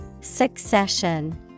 Succession